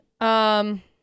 um-